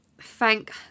thank